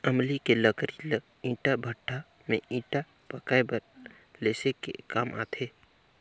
अमली के लकरी ल ईटा भट्ठा में ईटा पकाये बर लेसे के काम आथे